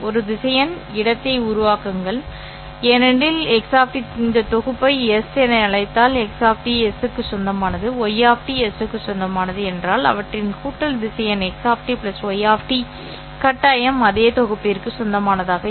ஒரு திசையன் இடத்தை உருவாக்குங்கள் ஏனெனில் x இந்த தொகுப்பை S என அழைத்தால் x S க்கு சொந்தமானது y S க்கு சொந்தமானது என்றால் அவற்றின் கூட்டல் திசையன் x y கட்டாயம் அதே தொகுப்பிற்கு சொந்தமானது எஸ்